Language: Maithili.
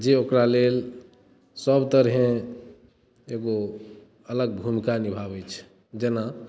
जे ओकरा लेल सब तरहे एगो अलग भूमिका निभाबै छै जेना